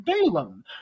Balaam